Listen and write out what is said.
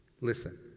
Listen